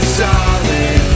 solid